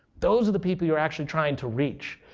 those are the people you're actually trying to reach.